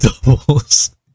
doubles